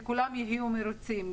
וכך כולם יהיו מרוצים,